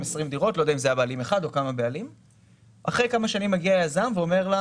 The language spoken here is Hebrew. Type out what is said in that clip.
ואחרי כמה שנים מגיע אליה יזם ואומר לה